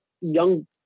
young